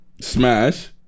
smash